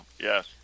yes